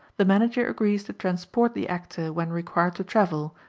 the manager agrees to transport the actor when required to travel,